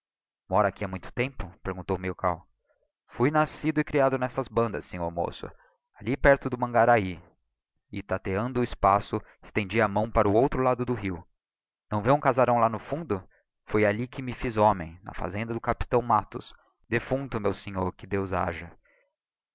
mora aqui ha muito tempo perguntou milkau fui nascido e creado n'essas bandas sinhò moço alli perto do angarahy tateando o espaço estendia a mão para o outro lado do rio não vê um casarão lá no fundo foi alli que me liz homem na fazenda do capitão mattos defunto meu sinhò que deus haja